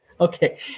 Okay